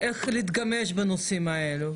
להתגמש בנושאים האלה.